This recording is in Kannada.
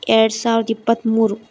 ಎರಡು ಸಾವಿರದ ಇಪ್ಪತ್ತ್ಮೂರು